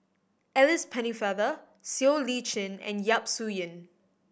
Alice Pennefather Siow Lee Chin and Yap Su Yin